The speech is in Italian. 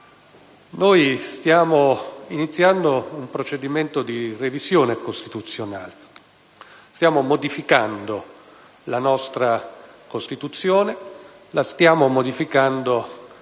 Noi stiamo iniziando un procedimento di revisione costituzionale. Stiamo modificando la nostra Costituzione; la stiamo modificando